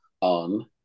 on